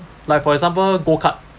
like for example go kart